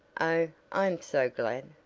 i am so glad!